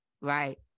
Right